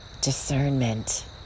discernment